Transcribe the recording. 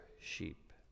sheep